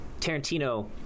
Tarantino